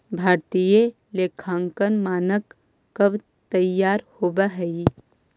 भारतीय लेखांकन मानक कब तईयार होब हई?